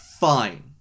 fine